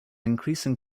increasing